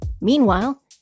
Meanwhile